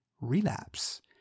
relapse